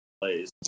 plays